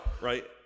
right